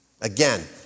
Again